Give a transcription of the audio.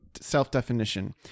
self-definition